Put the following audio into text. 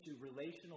relational